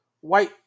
white